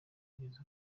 kugeze